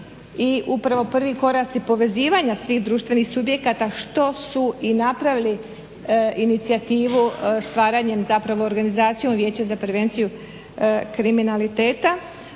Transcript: i upravo prvi koraci povezivanja svih društvenih subjekata što su i napravili inicijativu stvaranjem zapravo organizacijom Vijeća za prevenciju kriminaliteta,